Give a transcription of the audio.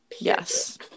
Yes